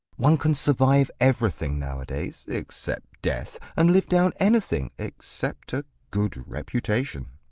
one can survive everything nowadays, except death, and live down anything except a good reputation.